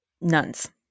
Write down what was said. nuns